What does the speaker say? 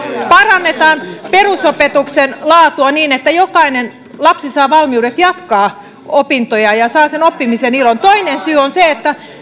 parannetaan perusopetuksen laatua niin että jokainen lapsi saa valmiudet jatkaa opintoja ja saa sen oppimisen ilon toinen syy on se että